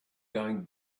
going